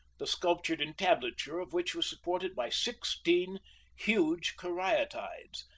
the sculptured entablature of which was supported by sixteen huge caryatides,